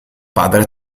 padre